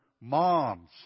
mom's